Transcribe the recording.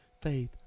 faith